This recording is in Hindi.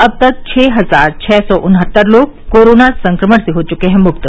अब तक छः हजार छः सौ उनहत्तर लोग कोरोना संक्रमण से हो चुके हैं मुक्त